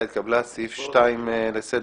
הצבעה בעד הבקשה 2 נגד,